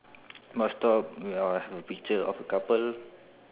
bus stop uh have a picture of a couple